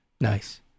Nice